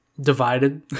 divided